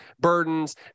burdens